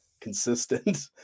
consistent